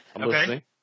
Okay